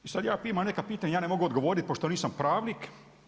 I sad ja imam neka pitanja, ja ne mogu odgovoriti pošto nisam pravnik.